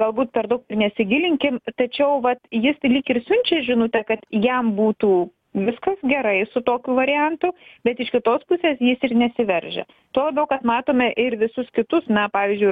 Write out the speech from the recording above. galbūt per daug ir nesigilinkim tačiau vat jis lyg ir siunčia žinutę kad jam būtų viskas gerai su tokiu variantu bet iš kitos pusės jis ir nesiveržia tuo labiau kad matome ir visus kitus na pavyzdžiui